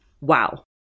Wow